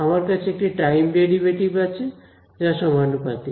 আমার কাছে একটি টাইম ডেরিভেটিভ আছে যা সমানুপাতিক